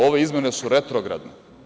Ove izmene su retrogradne.